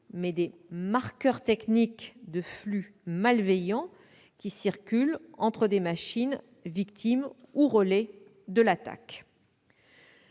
mais des marqueurs techniques de flux malveillants circulant entre des machines victimes ou relais de l'attaque.